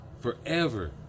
forever